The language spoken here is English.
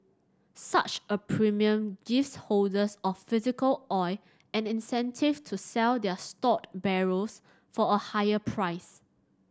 such a premium gives holders of physical oil an incentive to sell their stored barrels for a higher price